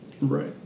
Right